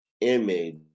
image